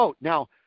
Now